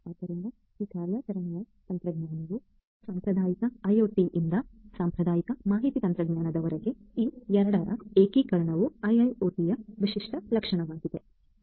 ಆದ್ದರಿಂದ ಈ ಕಾರ್ಯಾಚರಣೆಯ ತಂತ್ರಜ್ಞಾನವು ಸಾಂಪ್ರದಾಯಿಕ ಐಒಟಿಯಿಂದ ಸಾಂಪ್ರದಾಯಿಕ ಮಾಹಿತಿ ತಂತ್ರಜ್ಞಾನದೊಂದಿಗೆ ಈ ಎರಡರ ಏಕೀಕರಣವು ಐಐಒಟಿಯ ವಿಶಿಷ್ಟ ಲಕ್ಷಣವಾಗಿದೆ